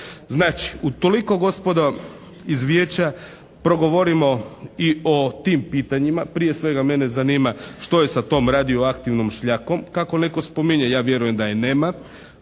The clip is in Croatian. Znači, utoliko gospodo iz Vijeća, progovorimo i o tim pitanjima. Prije svega, mene zanima što je sa tom radioaktivnom šljakom, kako netko spominje, ja vjerujem da je nema.